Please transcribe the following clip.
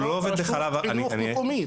הוא לא רשות חינוך מקומית.